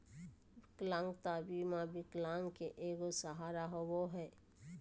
विकलांगता बीमा विकलांग के एगो सहारा होबो हइ